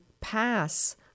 pass